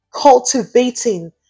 cultivating